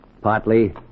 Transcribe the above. Partly